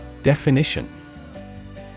Definition